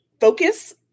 focus